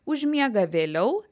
užmiega vėliau